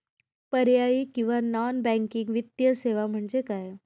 पर्यायी किंवा non banking वित्तीय सेवा म्हणजे काय?